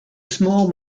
small